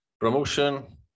promotion